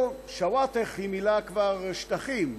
שוואטח, שטחים,